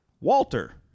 walter